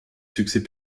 succès